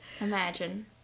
Imagine